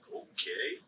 okay